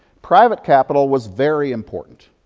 private capital was very important.